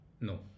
No